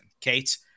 Kate